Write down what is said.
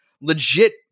legit